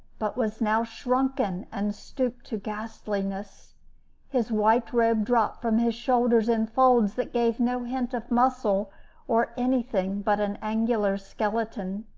but was now shrunken and stooped to ghastliness his white robe dropped from his shoulders in folds that gave no hint of muscle or anything but an angular skeleton.